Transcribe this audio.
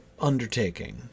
undertaking